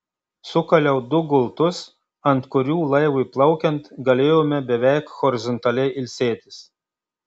sukaliau du gultus ant kurių laivui plaukiant galėjome beveik horizontaliai ilsėtis